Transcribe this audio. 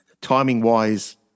timing-wise